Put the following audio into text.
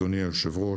אדוני היושב-ראש,